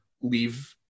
leave